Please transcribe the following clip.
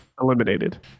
eliminated